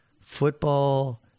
football